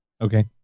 Okay